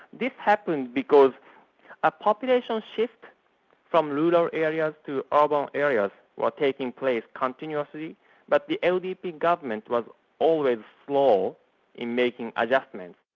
this happened because a population shift from rural areas to urban areas was taking place continuously but the ldp government was always slow in making adjustments.